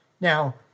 Now